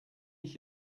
ich